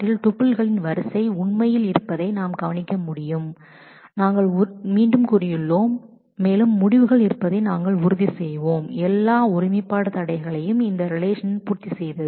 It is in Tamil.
டூப்பில்களின் வரிசை உண்மையில் இருப்பதை நாம் கவனிக்க முடியும் நாங்கள் மீண்டும் கூறியுள்ளோம் மேலும் முடிவுகள் ஒரே மாதிரி இருப்பதை நாங்கள் உறுதி செய்வோம் அவற்றின் ரிலேஷன் எல்லா இண்டெகிரைடி கன்ஸ்றைன்ட் என்பதை பூர்த்தி செய்கின்றன